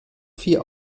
vier